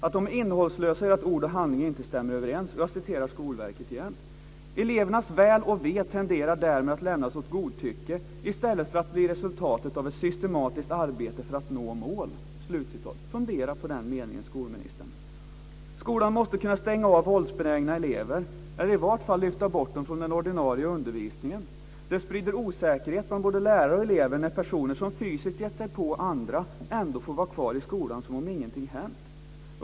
Att de är innehållslösa gör att ord och handling inte stämmer överens. Jag citerar Skolverket igen: "Elevernas väl och ve tenderar därmed att lämnas åt godtycke i stället för att bli resultatet av ett systematiskt arbete för att nå mål." Fundera på den meningen, skolministern! Skolan måste kunna stänga av våldsbenägna elever eller i varje fall lyfta bort dem från den ordinarie undervisningen. Det sprider osäkerhet bland både lärare och elever när personer som fysiskt gett sig på andra ändå får vara kvar i skolan som om ingenting hänt.